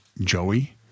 Joey